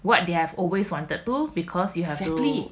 exactly